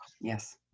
yes